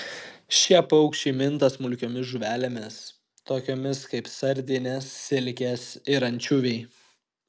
šie paukščiai minta smulkiomis žuvelėmis tokiomis kaip sardinės silkės ir ančiuviai